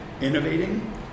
innovating